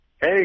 hey